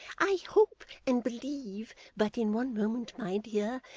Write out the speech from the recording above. i hope and believe but in one moment, my dear,